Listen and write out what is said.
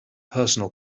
personal